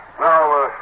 Now